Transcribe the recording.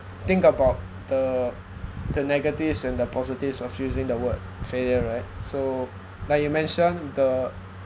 think about the the negatives and the positives of using the word failure right so like you mentioned the